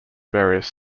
various